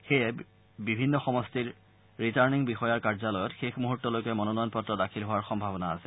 সেয়ে বিভিন্ন সমষ্টিৰ ৰিটাৰ্ণিং বিষয়াৰ কাৰ্যালয়ত শেষ মুহূৰ্তলৈকে মনোনয়নপত্ৰ দাখিল হোৱাৰ সম্ভাৱনা আছে